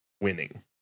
winning